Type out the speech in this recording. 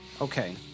Okay